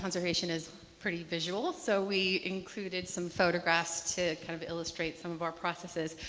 conservation is pretty visual, so we included some photographs to kind of illustrate some of our processes.